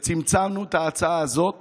צמצמנו את ההצעה הזאת